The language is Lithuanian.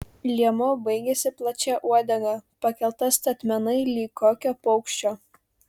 liemuo baigėsi plačia uodega pakelta statmenai lyg kokio paukščio